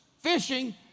fishing